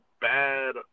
bad